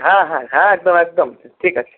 হ্যাঁ হ্যাঁ হ্যাঁ একদম একদম ঠিক আছে